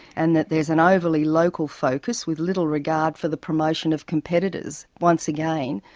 and that there is an overly local focus with little regard for the promotion of competitors. once again,